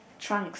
trunks